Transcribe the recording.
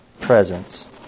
presence